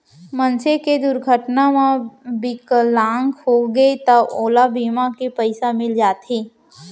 मनसे के दुरघटना म बिकलांग होगे त ओला बीमा के पइसा मिल जाथे